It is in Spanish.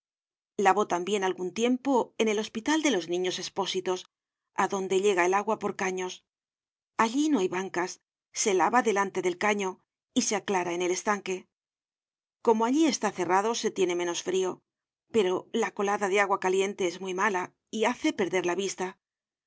lavó tambien algun tiempo en el hospital de los niños espósitos adonde llega el agua por caños allí no hay bancas se lava delante del caño y se aclara en el estanque como allí está cerrado se tiene menos frio pero la colada de agua caliente es muy mala y hace perder la vista